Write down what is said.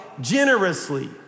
generously